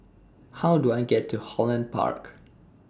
How Do I get to Holland Park